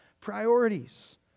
priorities